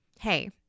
Hey